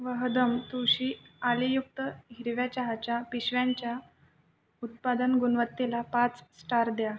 वहदम तुळशी आलेयुक्त हिरव्या चहाच्या पिशव्यांच्या उत्पादन गुणवत्तेला पाच स्टार द्या